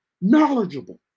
knowledgeable